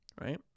Right